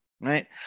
right